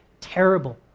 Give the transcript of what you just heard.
terrible